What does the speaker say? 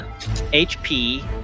HP